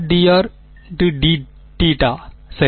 r dr dθ சரி